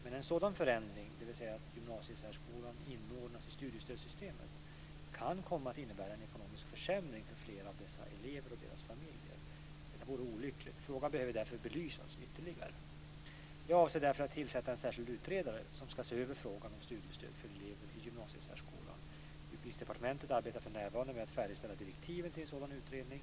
Men en sådan förändring, dvs. att gymnasiesärskolan inordnas i studiestödssystemet, kan komma att innebära en ekonomisk försämring för flera av dessa elever och deras familjer. Detta vore olyckligt. Frågan behöver därför belysas ytterligare. Jag avser därför att tillsätta en särskild utredare som ska se över frågan om studiestöd för elever i gymnasiesärskolan. Utbildningsdepartementet arbetar för närvarande med att färdigställa direktiven till en sådan utredning.